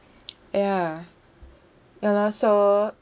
ya ya lah so